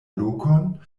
lokon